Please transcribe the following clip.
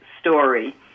story